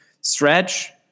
stretch